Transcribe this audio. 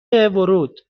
ورود